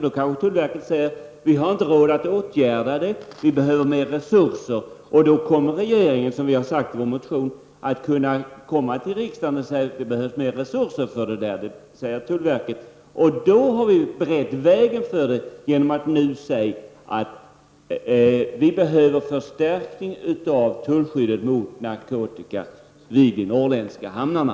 Då kanske tullverket säger att man inte har råd att åtgärda problemen och att man behöver mer resurser. Då kommer regeringen, som har anförts i miljöpartiets motion, att gå till riksdagen och säga att det behövs mer resurser. På så sätt har vägen beretts för riksdagen att säga att det behövs en förstärkning av tullskyddet mot narkotika vid de norrländska hamnarna.